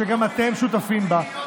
שגם אתם שותפים בה,